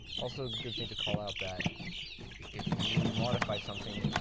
also, a good thing to call out that if you modify something,